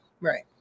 Right